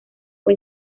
fue